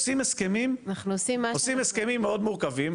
עושים הסכמים מאוד מורכבים,